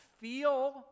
feel